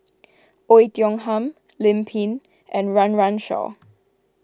Oei Tiong Ham Lim Pin and Run Run Shaw